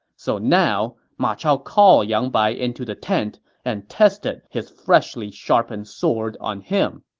so now, ma chao called yang bai into the tent and tested his freshly sharpened sword on him,